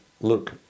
look